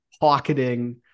pocketing